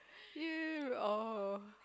oh